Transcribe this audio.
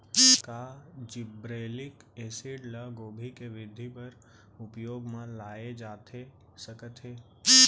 का gibberellic acid ल गोभी के वृद्धि बर उपयोग म लाये जाथे सकत हे?